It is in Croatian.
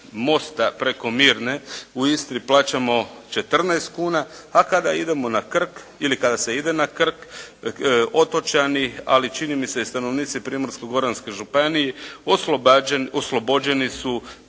mosta preko Mirne u Istri plaćamo 14 kuna, a kada idemo na Krk ili kada se ide na Krk, otočani ali čini mi se i stanovnici Primorsko-goranske županije oslobođeni su